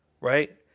right